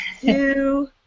two